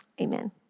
amen